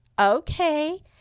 okay